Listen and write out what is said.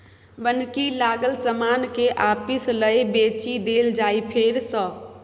बन्हकी लागल समान केँ आपिस लए बेचि देल जाइ फेर सँ